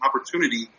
opportunity